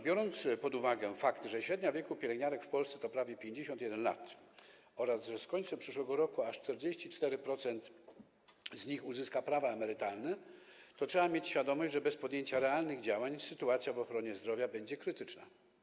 Biorąc pod uwagę fakt, że średnia wieku pielęgniarek w Polsce to prawie 51 lat, oraz że z końcem przyszłego roku aż 44% z nich uzyska prawa emerytalne, to trzeba mieć świadomość, że bez podjęcia realnych działań sytuacja w ochronie zdrowia będzie krytyczna.